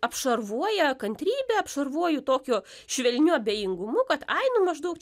apšarvuoja kantrybe apsišarvuoju tokiu švelniu abejingumu kad ai nu maždaug